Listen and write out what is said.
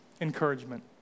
encouragement